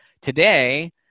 today